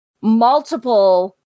Multiple